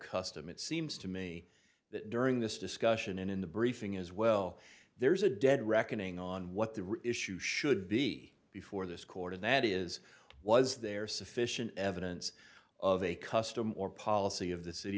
custom it seems to me that during this discussion and in the briefing as well there's a dead reckoning on what the issue should be before this court and that is was there sufficient evidence of a custom or policy of the city